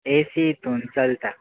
AC हेतून चलता